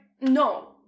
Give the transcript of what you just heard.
no